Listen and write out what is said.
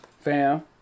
Fam